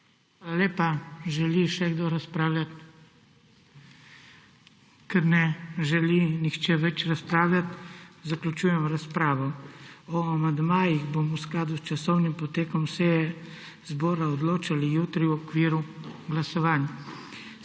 lepa. Želi še kdo razpravljati? (Ne.) Ker ne želi nihče več razpravljati, zaključujem razpravo. O amandmajih bomo v skladu s časovnim potekom seje Državnega zbora odločali jutri v okviru glasovanj.